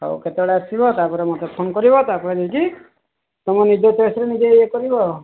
ହଉ କେତେବେଳେ ଆସିବ ତାପରେ ମୋତେ ଫୋନ କରିବ ତାପରେ ନେଇକି ତୁମ ନିଜ ଟେଷ୍ଟରେ ନିଜେ ଇଏ କରିବ